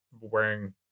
wearing